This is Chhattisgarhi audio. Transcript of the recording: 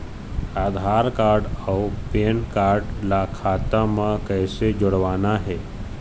आधार कारड अऊ पेन कारड ला खाता म कइसे जोड़वाना हे?